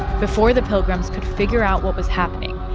before the pilgrims could figure out what was happening,